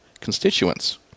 constituents